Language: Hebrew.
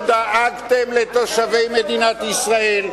כשהייתם בשלטון לא דאגתם לתושבי מדינת ישראל,